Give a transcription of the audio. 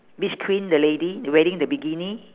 beach queen the lady wearing the bikini